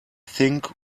think